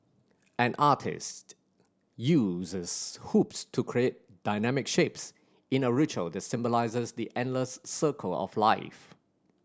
an artiste uses hoops to create dynamic shapes in a ritual that symbolises the endless circle of life